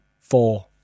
Four